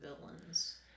villains